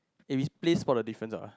eh we play spot the differences ah